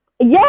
yes